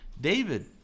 David